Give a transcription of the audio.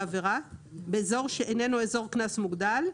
105א72(א)(12)באזור שיננו אזור קנס מוגדל,